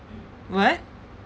what